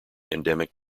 endemic